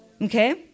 Okay